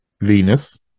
Venus